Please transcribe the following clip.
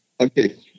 Okay